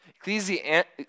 Ecclesiastes